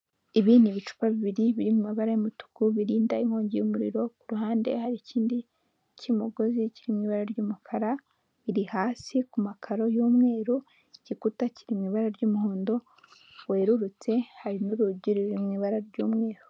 Ibi ni ibicupa bibiri biri mu mabara y'umutuku birinda inkongi y'umuriro, ku ruhande hari ikindi cy'umugozi kiri mu ibara ry'umukara, biri hasi ku makaro y'umweru, igikuta kiri mu ibara ry'umuhondo werurutse, hari n'urugi ruri mu ibara ry'umweru.